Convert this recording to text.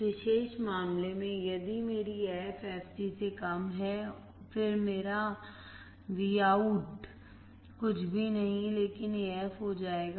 इस विशेष मामले में यदि मेरी f fc से कम है फिर मेरा Vout कुछ भी नहीं लेकिन AF हो जाएगा